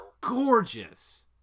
gorgeous